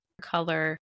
color